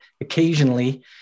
occasionally